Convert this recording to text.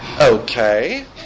Okay